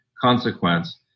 consequence